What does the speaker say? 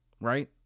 Right